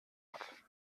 hat